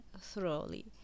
thoroughly